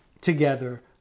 together